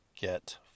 get